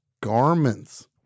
garments